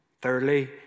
Thirdly